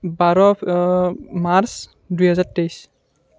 বাৰ March দুই হাজাৰ তেইছ